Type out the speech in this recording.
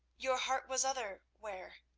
your heart was other where.